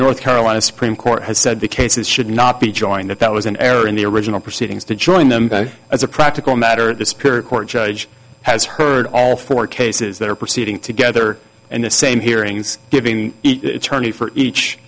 north carolina supreme court has said the cases should not be joined at that was an error in the original proceedings to join them as a practical matter this court judge has heard all four cases that are proceeding together and the same hearings given eternity for each